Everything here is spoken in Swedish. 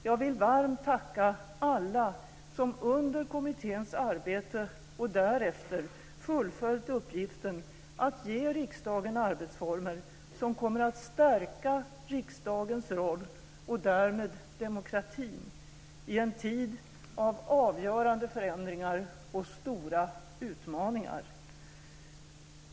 Jag vill varmt tacka alla som under kommitténs arbete och därefter fullföljt uppgiften att ge riksdagen arbetsformer som kommer att stärka riksdagens roll, och därmed demokratin, i en tid av avgörande förändringar och stora utmaningar.